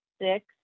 six